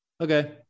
okay